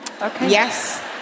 Yes